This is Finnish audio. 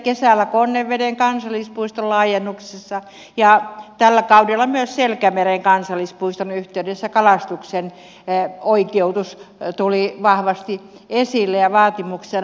kesällä konneveden kansallispuiston laajennuksessa ja tällä kaudella myös selkämeren kansallispuiston yhteydessä kalastuksen oikeutus tuli vahvasti esille ja vaatimuksena